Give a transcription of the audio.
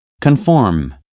conform